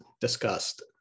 discussed